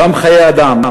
גם חיי אדם,